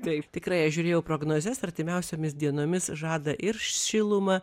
taip tikrai aš žiūrėjau prognozes artimiausiomis dienomis žada ir šilumą